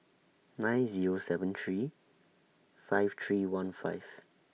nine Zero seven three five three one five